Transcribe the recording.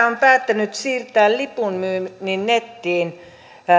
on päättänyt siirtää lipunmyynnin nettiin